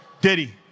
Diddy